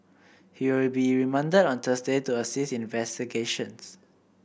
he will be remanded on Thursday to assist in investigations